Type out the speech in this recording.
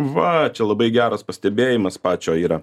va čia labai geras pastebėjimas pačio yra